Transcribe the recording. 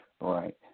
Right